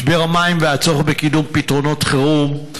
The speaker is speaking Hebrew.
משבר המים והצורך בקידום פתרונות חירום.